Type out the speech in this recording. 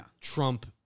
Trump